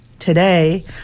today